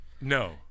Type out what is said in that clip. no